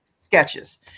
sketches